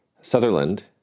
Sutherland